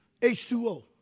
H2O